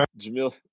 Jamil